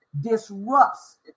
disrupts